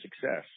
success